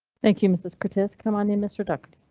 thank you mrs curtis. come on here, mr duck.